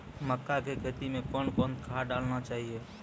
मक्का के खेती मे कौन कौन खाद डालने चाहिए?